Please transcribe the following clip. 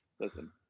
Listen